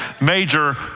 major